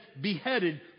beheaded